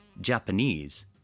Japanese